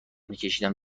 میکشیدم